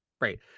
right